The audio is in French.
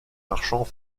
marchands